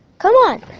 come on.